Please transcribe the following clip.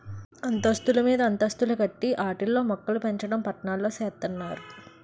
అంతస్తులు మీదంతస్తులు కట్టి ఆటిల్లో మోక్కలుపెంచడం పట్నాల్లో సేత్తన్నారు